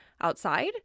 outside